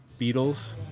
Beatles